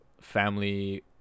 family